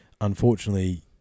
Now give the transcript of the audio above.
Unfortunately